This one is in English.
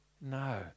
no